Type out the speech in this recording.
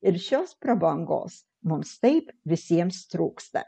ir šios prabangos mums taip visiems trūksta